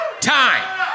time